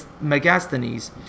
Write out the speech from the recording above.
Megasthenes